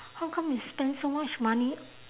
how come you spend so much money